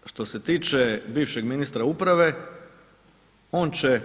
Dakle, što se tiče bivšeg ministra uprave, on će,